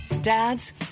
Dads